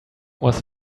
was